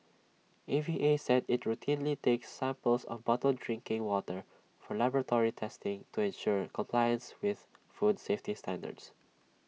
A V A said IT routinely takes samples of bottled drinking water for laboratory testing to ensure compliance with food safety standards